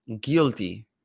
guilty